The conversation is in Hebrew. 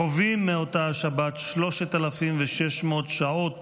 חווים מאותה השבת 3,600 שעות